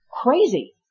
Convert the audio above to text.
crazy